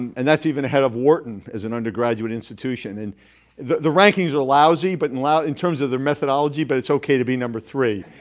and that's even ahead of wharton as an undergraduate institution. and the the rankings are lousy but and lousy in terms of their methodology, but it's ok to be number three.